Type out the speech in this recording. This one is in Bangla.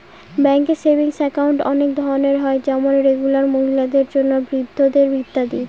ব্যাঙ্কে সেভিংস একাউন্ট অনেক ধরনের হয় যেমন রেগুলার, মহিলাদের জন্য, বৃদ্ধদের ইত্যাদি